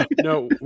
No